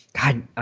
God